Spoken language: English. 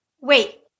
Wait